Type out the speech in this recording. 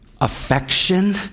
affection